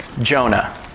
Jonah